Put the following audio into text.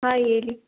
ಆಂ ಹೇಳಿ